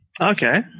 Okay